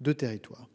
de territoire.